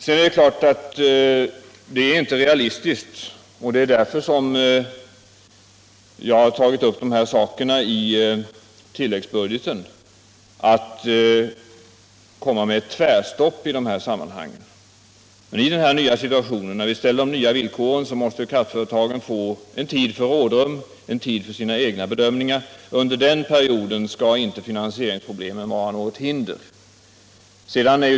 Sedan är det naturligtvis inte realistiskt att komma med ett tvärstopp i de här sammanhangen, och det är därför som jag har tagit upp finansieringsfrågorna i tilläggsbudgeten. I den här situationen, där vi uppställer nya villkor, måste kraftföretagen få en tid för rådrum och egna bedömningar. Under den perioden skall inte finansieringsproblemen vara något hinder för dem.